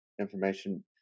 information